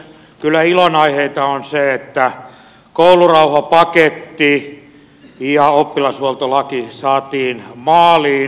kyllä ilonaiheita on se että koulurauhapaketti ja oppilashuoltolaki saatiin maaliin